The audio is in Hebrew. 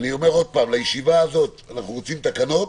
אני אומר עוד פעם: לישיבה הזאת אנחנו רוצים תקנות.